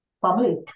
family